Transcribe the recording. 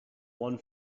one